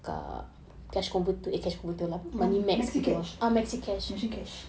Maxi Cash Maxi Cash